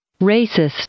Racist